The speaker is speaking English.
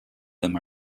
them